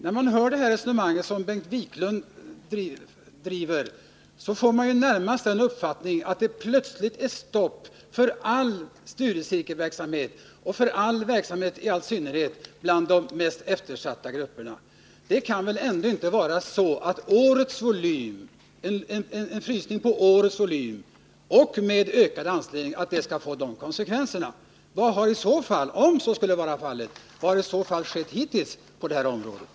När man hör Bengt Wiklunds resonemang får man närmast uppfattningen att det plötsligt är stopp för all studiecirkelverksamhet och för all verksamhet över huvud taget — i synnerhet bland de mest eftersatta grupperna. Det kan väl ändå inte vara så, att en frysning av årets volym skulle få de konsekvenserna med de extra ansträngningar som görs? Om så skulle vara fallet frågar man sig vad som hittills har skett på det här området.